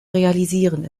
realisieren